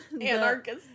Anarchist